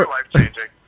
life-changing